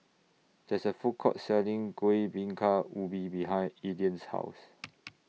There IS A Food Court Selling Kuih Bingka Ubi behind Elian's House